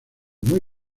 muy